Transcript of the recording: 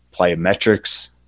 plyometrics